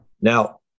Now